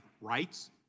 rights